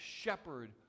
shepherd